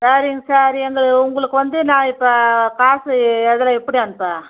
சரிங்க சார் எங்கே உங்களுக்கு வந்து நான் இப்போ காசு எதில் எப்படி அனுப்ப